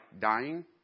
dying